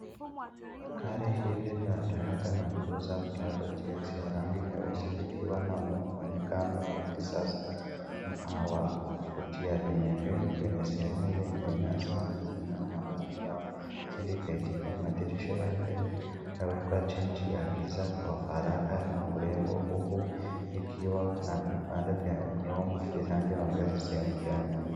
Gari hili la Toyota Landcruiser Prado la rangi nyeusi likiwa na mwonekano wa kisasa na wa kuvutia limeegeshwa kwenye sehemu yenye nyasi na lina nambari ya usajili KDA. Madirisha yake imewekwa tinti ya giza kwa faragha ana urembo huku likiwa na vipande vya kromu vinavyoongeza sehemu ya nyuma.